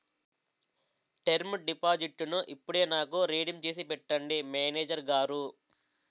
term డిపాజిట్టును ఇప్పుడే నాకు రిడీమ్ చేసి పెట్టండి మేనేజరు గారు